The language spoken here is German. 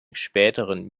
späteren